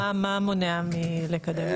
מה מונע מלקדם את זה?